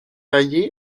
allí